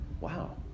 wow